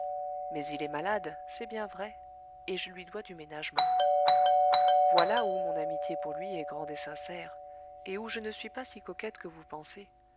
mais il est malade c'est bien vrai et je lui dois du ménagement voilà où mon amitié pour lui est grande et sincère et où je ne suis pas si coquette que vous pensez